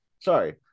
Sorry